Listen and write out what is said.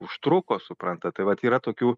užtruko suprantat tai vat yra tokių